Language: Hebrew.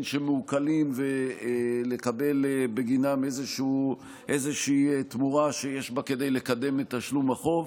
המעוקלים ולקבל בגינם איזושהי תמורה שיש בה כדי לקדם את תשלום החוב.